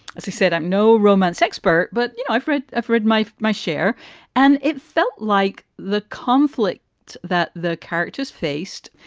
she said, i'm no romance expert but you know i've read i've read my my share and it felt like the conflict that the characters faced.